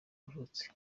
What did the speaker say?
yavutse